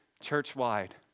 church-wide